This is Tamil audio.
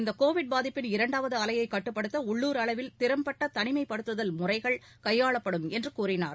இந்த கோவிட் பாதிப்பின் இரண்டாவது அலையை கட்டுப்படுத்த உள்ளுர் அளவில் திறம்பட்ட தனிமைப்படுத்துதல் முறைகள் கையாளப்படும் என்று கூறினார்